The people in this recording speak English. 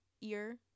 ear